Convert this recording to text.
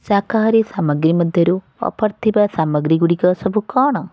ଶାକାହାରୀ ସାମଗ୍ରୀ ମଧ୍ୟରୁ ଅଫର୍ ଥିବା ସାମଗ୍ରୀଗୁଡ଼ିକ ସବୁ କ'ଣ